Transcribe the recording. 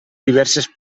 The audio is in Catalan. diverses